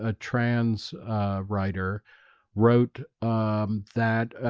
ah trans, ah writer wrote, um that ah,